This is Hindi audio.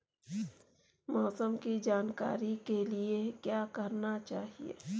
मौसम की जानकारी के लिए क्या करना चाहिए?